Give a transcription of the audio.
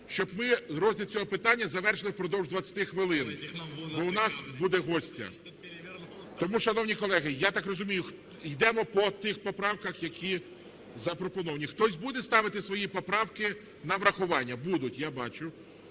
щоб ми розгляд цього питання завершили впродовж 20 хвилин, бо у нас буде гостя. Тому, шановні колеги, я так розумію, йдемо по тих поправках, які запропоновані. Хтось буде ставити свої поправки на врахування? Будуть, я бачу.